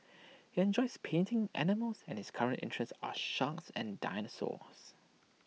he enjoys painting animals and his current interests are sharks and dinosaurs